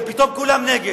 ופתאום כולם נגד.